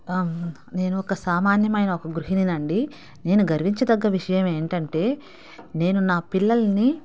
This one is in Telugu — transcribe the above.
నేను ఒక సామాన్యమైన ఒక గృహిణిని అండి నేను గర్వించదగ్గ విషయం ఏంటంటే నేను నా పిల్లల్ని